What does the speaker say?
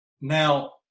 Now